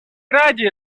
рады